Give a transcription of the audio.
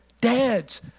dads